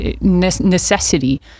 necessity